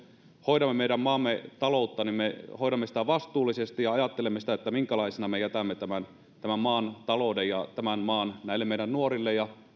hoidamme meidän maamme taloutta niin me hoidamme sitä vastuullisesti ja ajattelemme sitä minkälaisena me jätämme tämän maan talouden ja tämän maan näille meidän nuorille ja